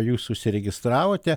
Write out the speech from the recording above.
jūs užsiregistravote